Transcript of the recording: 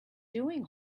doing